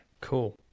Cool